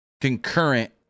concurrent